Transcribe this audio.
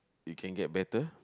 they can get better